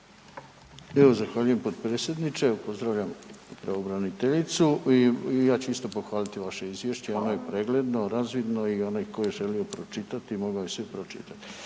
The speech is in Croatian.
Zahvaljujem potpredsjedniče. Pozdravljam pravobraniteljicu. I ja ću isto pohvaliti vaše izvješće, ono je pregledno, razvidno i onaj tko je želio pročitati mogao je sve pročitati.